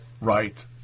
right